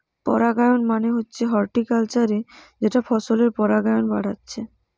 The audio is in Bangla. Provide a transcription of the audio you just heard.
পরাগায়ন মানে হচ্ছে হর্টিকালচারে যেটা ফসলের পরাগায়ন বাড়াচ্ছে